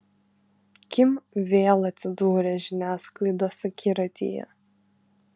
kim vėl atsidūrė žiniasklaidos akiratyje